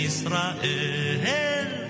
Israel